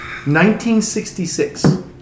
1966